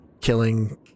killing